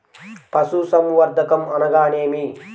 పశుసంవర్ధకం అనగానేమి?